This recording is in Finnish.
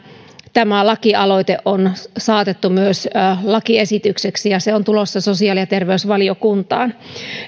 tämä lakialoite on saatettu myös lakiesitykseksi ja se on tulossa sosiaali ja terveysvaliokuntaan